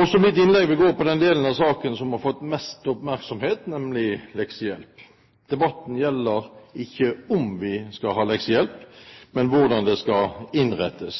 Også mitt innlegg vil gå på den delen av saken som har fått mest oppmerksomhet, nemlig leksehjelp. Debatten gjelder ikke om vi skal ha leksehjelp, men hvordan den skal innrettes.